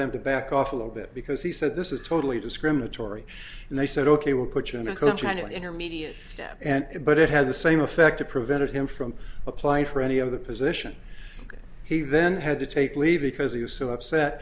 them to back off a little bit because he said this is totally discriminatory and they said ok we'll put you in some kind of intermediate step and but it had the same effect it prevented him from apply for any other position he then had to take leave because he was so upset